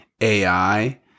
AI